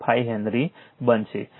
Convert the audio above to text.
05 Henry બનશે